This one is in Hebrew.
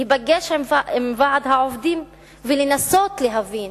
להיפגש עם ועד העובדים ולנסות להבין